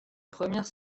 première